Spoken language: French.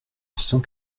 cent